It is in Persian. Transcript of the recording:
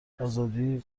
آزادی